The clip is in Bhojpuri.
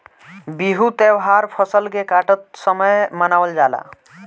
बिहू त्यौहार फसल के काटत समय मनावल जाला